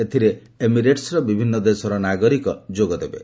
ଏଥିରେ ଏମିରେଟ୍ସର ବିଭିନ୍ନ ଦେଶର ନାଗରିକ ଯୋଗଦେବେ